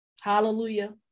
hallelujah